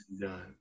Done